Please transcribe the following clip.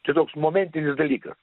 čia toks momentinis dalykas